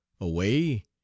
away